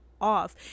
off